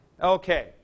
Okay